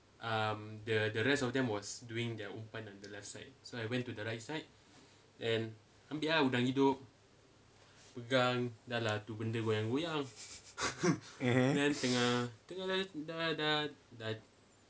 mmhmm